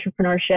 entrepreneurship